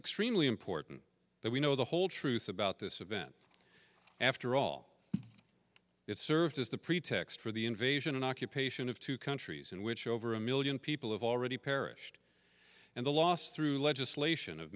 extremely important that we know the whole truth about this event after all it served as the pretext for the invasion and occupation of two countries in which over a million people have already perished and the loss through legislation of